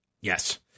Yes